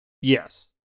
Yes